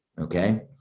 okay